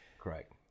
Correct